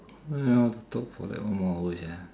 what you want to talk for like one more hour sia